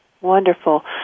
wonderful